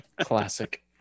Classic